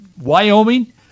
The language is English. Wyoming